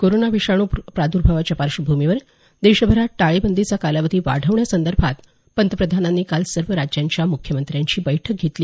corona विषाणू प्रादुर्भावाच्या पार्श्वभूमीवर देशभरात टाळेबंदीचा कालावधी वाढवण्यासंदर्भात पंतप्रधानांनी काल सर्व राज्यांच्या मुख्यमंत्र्यांची बैठक घेतली